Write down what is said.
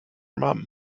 mum